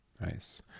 Nice